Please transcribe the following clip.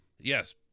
Yes